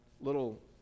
little